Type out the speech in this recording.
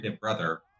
brother